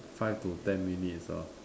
five to ten minutes ah